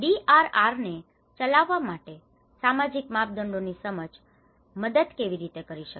DRR ને ચલાવવા માટે સામાજીક માપદંડો ની સમજ મદદ કેવી રીતે કરી શકે